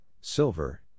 silver